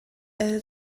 эрэ